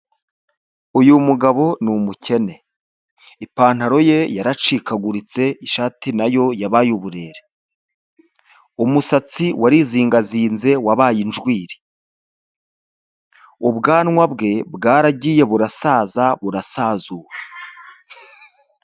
Uyu mugabo ni umukene, ipantaro ye yaracikaguritse ishati nayo yabaye uburere, umusatsi warizingazinze wabaye injwiri, ubwanwa bwe bwaragiye burasaza burasazura.